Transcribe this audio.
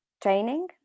training